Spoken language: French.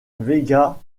vega